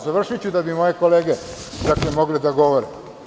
Završiću da bi moje kolege mogle da govore.